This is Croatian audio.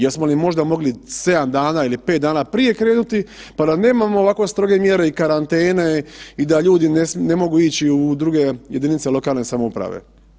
Jesmo li možda mogli 7 dana ili 5 dana prije krenuti pa da nemamo ovako stroge mjere i karantene i da ljudi ne mogu ići u druge jedinice lokalne samouprave.